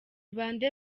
bande